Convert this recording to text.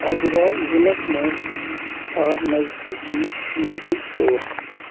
اٮ۪زوال ضلعس مَنٛز ژھار نزدیٖکی میٚڈیکل سِٹور